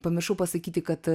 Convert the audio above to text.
pamiršau pasakyti kad